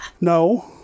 No